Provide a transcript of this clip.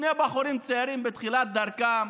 שני בחורים צעירים בתחילת דרכם,